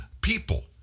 people